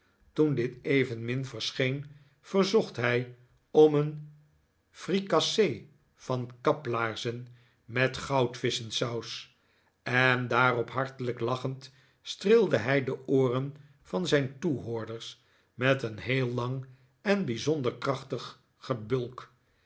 toen dit evenmin verscheen verzocht hij om een fricassee van kaplaarzen met goudvisschensaus en daarop hartelijk lachend streelde hij de ooren van zijn toehoorders met een heel lang en bijzonder krachtig gebulk